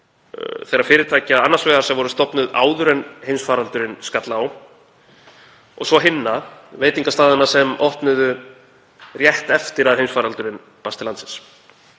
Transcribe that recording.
þeirra fyrirtækja annars vegar sem voru stofnuð áður en heimsfaraldurinn skall á, og svo hinna, veitingastaðanna sem opnuðu rétt eftir að heimsfaraldur barst til landsins.